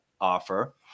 offer